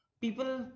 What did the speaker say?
people